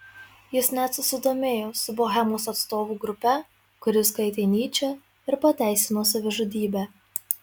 jis net susidėjo su bohemos atstovų grupe kuri skaitė nyčę ir pateisino savižudybę